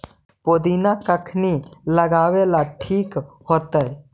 पुदिना कखिनी लगावेला ठिक होतइ?